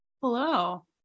Hello